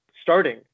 starting